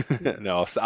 No